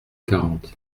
quarante